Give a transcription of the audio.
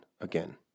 again